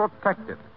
protected